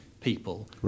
people